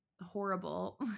horrible